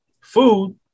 food